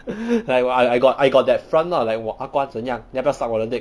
like 我 I got I got that front lah like 我阿瓜怎样要不要 suck 我的 dick